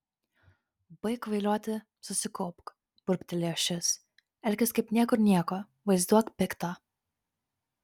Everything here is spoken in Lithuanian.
baik kvailioti susikaupk burbtelėjo šis elkis kaip niekur nieko vaizduok piktą